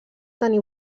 tenir